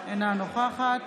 אינה נוכחת